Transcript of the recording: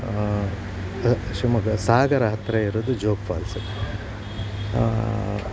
ಶಿವಮೊಗ್ಗ ಸಾಗರ ಹತ್ತಿರ ಇರೋದು ಜೋಗ್ ಫಾಲ್ಸು